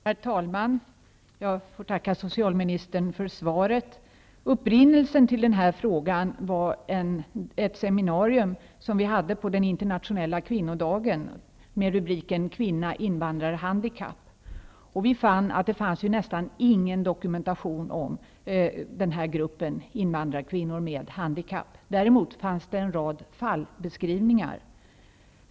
Herr talman! Jag får tacka socialministern för svaret. Upprinnelsen till denna fråga var ett seminarium som vi hade på den internationella kvinnodagen med rubriken Kvinna -- invandrare -- Vi fann att det nästan inte fanns någon dokumentation om gruppen invandrarkvinnor med handikapp. Det fanns däremot en rad fallbeskrivningar.